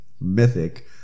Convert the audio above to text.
mythic